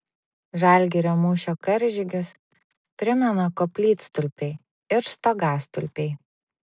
žalgirio mūšio karžygius primena koplytstulpiai ir stogastulpiai